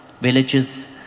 villages